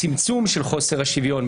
צמצום של חוסר השוויון,